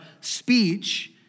speech